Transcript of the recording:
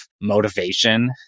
motivation